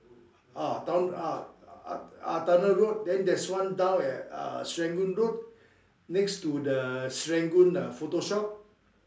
ah town~ ah Towner road then there's one down at uh Serangoon road next to the Serangoon uh photo shop